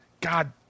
God